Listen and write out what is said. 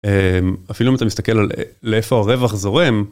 אמ... אפילו אם אתה מסתכל על... לאיפה הרווח זורם.